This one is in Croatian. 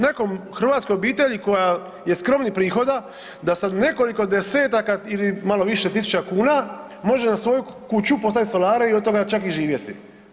Nekoj hrvatskoj obitelji koja je skromnih prihoda da sa nekoliko 10-taka ili malo više tisuća kuna može na svoju kuću postaviti solare i od toga čak i živjeti.